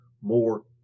more